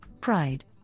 pride